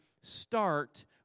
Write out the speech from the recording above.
start